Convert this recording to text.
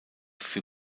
für